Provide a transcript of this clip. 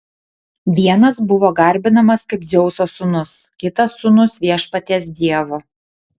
vienas buvo garbinamas kaip dzeuso sūnus kitas sūnus viešpaties dievo